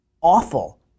awful